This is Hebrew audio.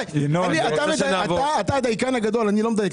אתה הדייקן הגדול, אני לא מדייק.